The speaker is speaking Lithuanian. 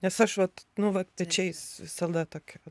nes aš vat nu vat pečiais visada tokia va